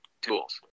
Tools